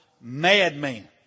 madman